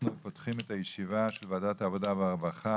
אנחנו פותחים את הישיבה של ועדת העבודה והרווחה,